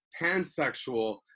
pansexual